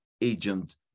agent